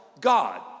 God